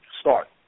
start